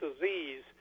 disease